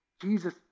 Jesus